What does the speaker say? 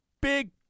big